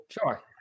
Sure